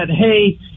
hey